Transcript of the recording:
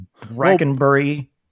Brackenbury